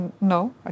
No